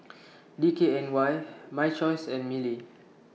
D K N Y My Choice and Mili